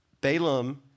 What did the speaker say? Balaam